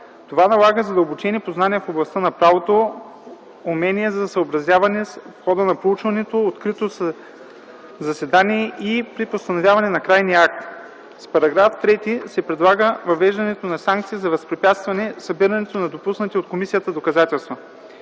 Това налага задълбочени познания в областта на правото, умения за съобразяване в хода на проучването, откритото заседание и при постановяване на крайния акт. С § 3 се предлага въвеждането на санкция за възпрепятстване събирането на допуснати от комисията доказателства.